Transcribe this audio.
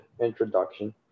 introduction